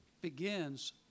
begins